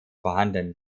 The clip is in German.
vorhanden